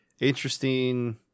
interesting